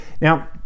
Now